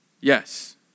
Yes